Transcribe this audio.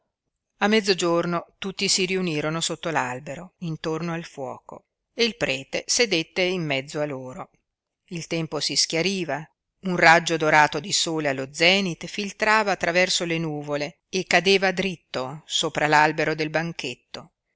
a mezzogiorno tutti si riunirono sotto l'albero intorno al fuoco e il prete sedette in mezzo a loro il tempo si schiariva un raggio dorato di sole allo zenit filtrava attraverso le nuvole e cadeva dritto sopra l'albero del banchetto